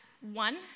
one